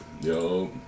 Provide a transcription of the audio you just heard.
Yo